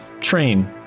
train